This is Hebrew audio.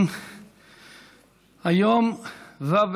דברי הכנסת חוברת כ"ט ישיבה שמ"ז הישיבה